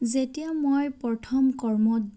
যেতিয়া মই প্ৰথম কৰ্মত